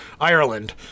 Ireland